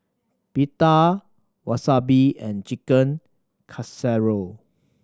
Pita Wasabi and Chicken Casserole